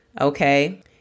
okay